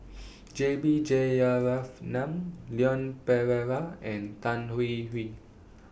J B Jeyaretnam Leon Perera and Tan Hwee Hwee